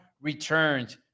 returned